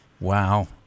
Wow